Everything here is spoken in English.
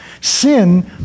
Sin